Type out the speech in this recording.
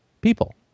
people